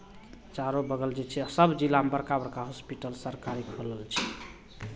चारू बगल जे छै सभ जिलामे बड़का बड़का हॉस्पिटल सरकारी खुलल छै